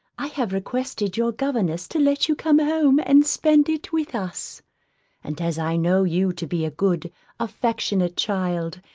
i have requested your governess to let you come home and spend it with us and as i know you to be a good affectionate child,